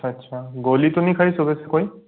अच्छा गोली तो नहीं खाई सुबह से कोई